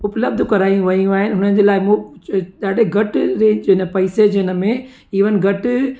उपलब्ध करायूं वयूं आहिनि उन्हनि जे लाइ मुफ ॾाढे घटि रेंज इन पैसे जे हिन में इवन घटि